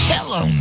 Hello